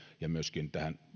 ja myöskin